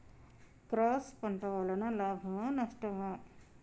Cross పంట వలన లాభమా నష్టమా?